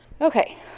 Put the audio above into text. Okay